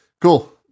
Cool